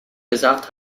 gesagt